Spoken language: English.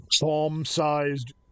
palm-sized